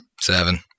Seven